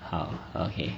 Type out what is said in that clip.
好 okay